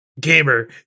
gamer